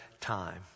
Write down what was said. time